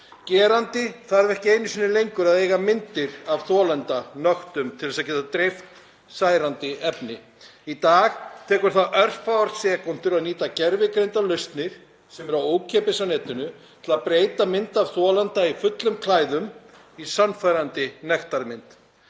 Gerandi þarf ekki einu sinni lengur að eiga myndir af þolanda nöktum til þess að geta dreift særandi efni. Í dag tekur það örfáar sekúndur að nýta gervigreindarlausnir sem eru ókeypis á netinu til að breyta mynd af þolanda í fullum klæðum í sannfærandi nektarmynd.